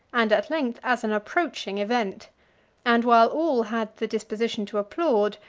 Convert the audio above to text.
and at length as an approaching, event and while all had the disposition to applaud,